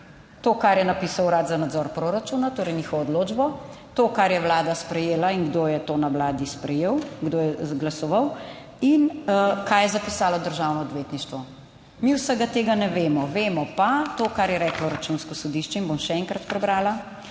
to, kar je napisal Urad za nadzor proračuna, torej njihovo odločbo, to kar je Vlada sprejela in kdo je to na Vladi sprejel, kdo je glasoval in kaj je zapisalo državno odvetništvo. Mi vsega tega ne vemo. Vemo pa to, kar je reklo Računsko sodišče in bom še enkrat prebrala: